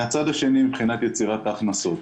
מהצד השני, מבחינת יצירת ההכנסות,